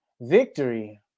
Victory